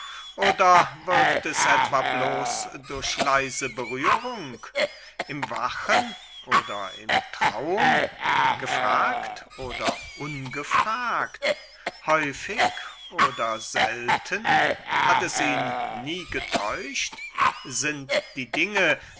oder wirkt es etwa bloß durch leise berührung im wachen oder im traum gefragt oder ungefragt häufig oder selten hat es nie getäuscht sind die dinge